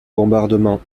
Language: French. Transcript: bombardement